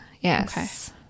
Yes